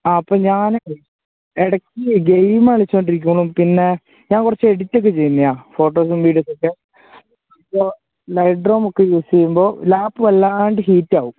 ആ അപ്പോള് ഞാനിടയ്ക്ക് ഗെയിം കളിച്ചുകൊണ്ടിരിക്കാറുണ്ട് പിന്നെ ഞാന് കുറച്ചു എഡിറ്റൊക്കെ ചെയ്യുന്നതാണ് ഫോട്ടോസും വീഡിയോസുമൊക്കെ അപ്പോള് ലൈറ്റ് റൂമൊക്കെ യൂസ് ചെയ്യുമ്പോള് ലാപ് വല്ലാതെ ഹീറ്റാകും